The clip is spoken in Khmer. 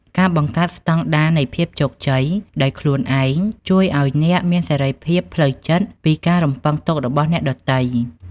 ការបង្កើត "ស្តង់ដារនៃភាពជោគជ័យ" ដោយខ្លួនឯង ជួយឱ្យអ្នកមានសេរីភាពផ្លូវចិត្តពីការរំពឹងទុករបស់អ្នកដទៃ។